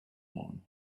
moon